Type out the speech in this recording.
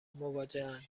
مواجهاند